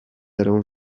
allant